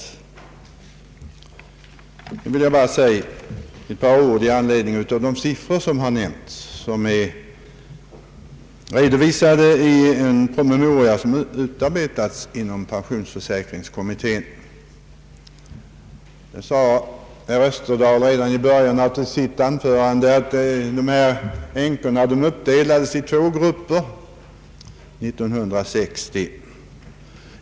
Vidare vill jag säga några ord i anledning av de siffror som har nämnts och som är redovisade i en promemoria som utarbetats inom pensionsförsäkringskommittén. Herr Österdahl sade redan i början av sitt anförande att änkorna uppdelades i två grupper 1960.